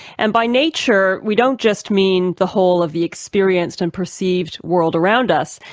and by nature we don't just mean the whole of the experienced and perceived world around us,